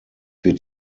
wird